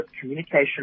communication